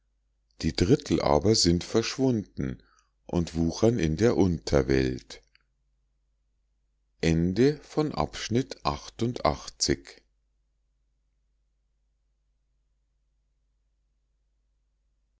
die drittel aber sind verschwunden und wuchern in der unterwelt